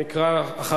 להכנה לקריאה ראשונה.